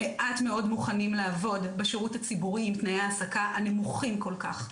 מעט מאוד מוכנים לעבוד בשירות הציבורי עם תנאי ההעסקה הנמוכים כל כך.